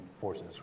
forces